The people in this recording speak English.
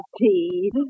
tea